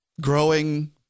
Growing